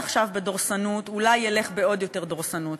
עכשיו בדורסנות אולי ילך בעוד יותר דורסנות.